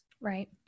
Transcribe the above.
Right